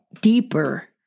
deeper